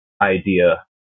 idea